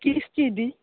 ਕਿਸ ਚੀਜ਼ ਦੀ